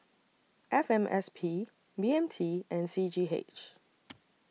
F M S P B M T and C G H